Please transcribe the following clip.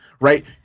Right